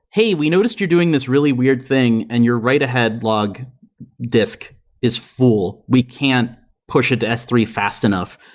hey, we noticed you're doing this really weird thing and you're write-ahead log disk is full. we can't push it to s three fast enough.